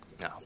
No